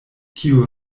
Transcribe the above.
kiu